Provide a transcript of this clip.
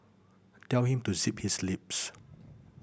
tell him to zip his lips